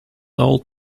old